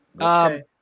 Okay